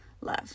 love